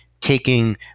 taking